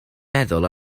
meddwl